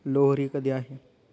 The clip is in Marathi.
लोहरी कधी आहे?